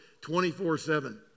24-7